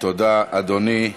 תודה, אדוני.